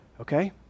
okay